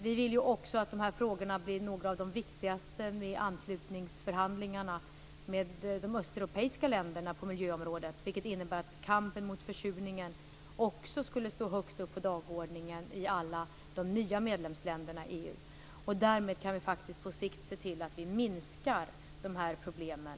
Vi vill också att de här frågorna skall bli några av de viktigaste på miljöområdet i anslutningsförhandlingarna med de östeuropeiska länderna, vilket innebär att kampen mot försurningen också skulle stå högt upp på dagordningen i alla de nya medlemsländerna i EU. Därmed kan vi på sikt se till att kraftigt minska de här problemen.